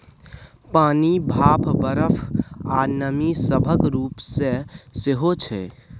पानि, भाप, बरफ, आ नमी सभक रूप मे सेहो छै